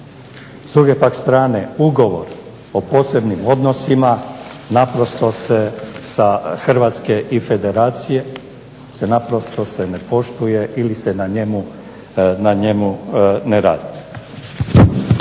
S druge pak strane, ugovor o posebnim odnosima naprosto se sa Hrvatske i Federacije naprosto se ne poštuje ili se na njemu ne radi.